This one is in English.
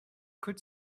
could